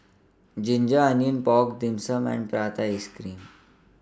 Ginger Onions Pork Dim Sum and Prata Ice Cream